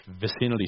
vicinity